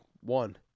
one